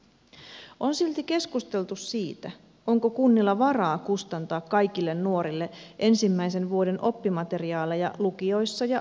on silti keskusteltu siitä onko kunnilla varaa kustantaa kaikille nuorille ensimmäisen vuoden oppimateriaaleja lukioissa ja ammattikouluissa